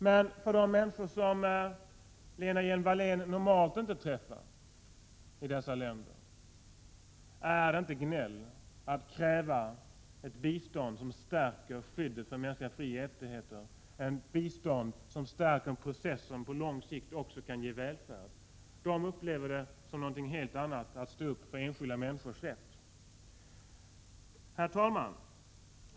Men för de människor som Lena Hjelm-Wallén normalt inte träffar i dessa länder är det inte gnäll att kräva ett bistånd som stärker skyddet för mänskliga frioch rättigheter, ett bistånd som stärker en process som på lång sikt också kan ge välfärd. De upplever det som någonting helt annat att stå upp för enskilda människors rätt. Herr talman!